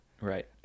Right